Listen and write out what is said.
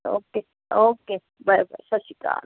okay okay bye bye ਸਤਿ ਸ਼੍ਰੀ ਅਕਾਲ